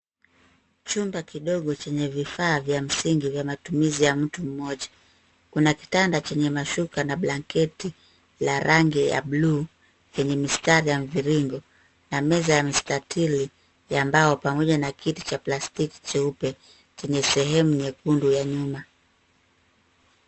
Chumba kidogo chenye vifaa vya msingi vya matumizi ya mtu mmoja. Kuna kitanda chenye mashuka na blanketi la rangi ya buluu yenye mistari ya mviringo na meza ya mstatili ya mbao pamoja na kiti cha plastiki cheupe chenye sehemu nyekundu ya nyuma.